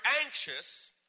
anxious